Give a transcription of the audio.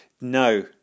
no